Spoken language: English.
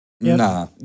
Nah